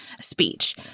speech